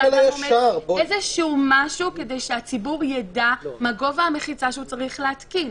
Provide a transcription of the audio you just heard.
עומד - משהו כדי שהציבור יידע מה גובה המחיצה שהוא צריך להתקין